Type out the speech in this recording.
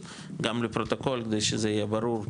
גם לפרוטוקול כדי שזה יהיה ברור,